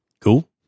cool